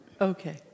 Okay